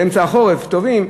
זה אמצע החורף, טובעים.